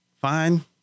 Fine